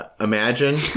Imagine